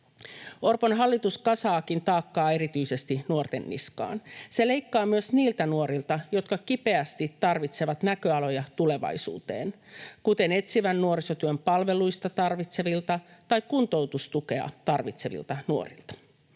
Orpon hallitus kasaakin taakkaa erityisesti nuorten niskaan. Se leikkaa myös niiltä nuorilta, jotka kipeästi tarvitsevat näköaloja tulevaisuuteen, kuten etsivän nuorisotyön palveluita tarvitsevilta tai kuntoutustukea tarvitsevilta nuorilta.